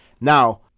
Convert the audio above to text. Now